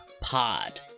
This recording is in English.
Pod